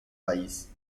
país